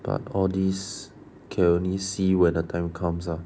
but all this can only see when the time comes up